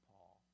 Paul